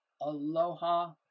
aloha